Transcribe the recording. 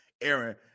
Aaron